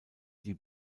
die